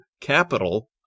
Capital